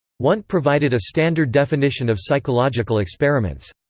wundt provided a standard definition of psychological experiments.